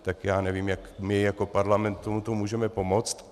Tak já nevím, jak my jako parlament tomuto můžeme pomoct.